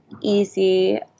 easy